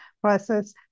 process